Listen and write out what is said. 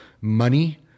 money